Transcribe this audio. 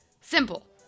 Simple